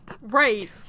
Right